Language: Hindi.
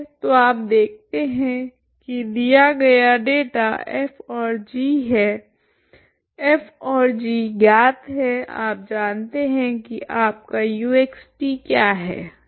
तो आप देखते हैं कि दिया गया डेटा f और g है f और g ज्ञात है आप जानते है की आपका uxt क्या है